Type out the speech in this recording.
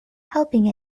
helping